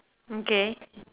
okay